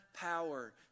power